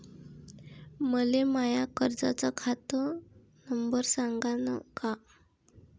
मले माया कर्जाचा खात नंबर सांगान का?